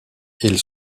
ils